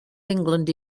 england